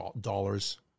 Dollars